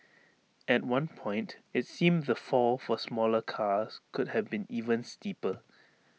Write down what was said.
at one point IT seemed the fall for smaller cars could have been even steeper